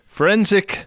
Forensic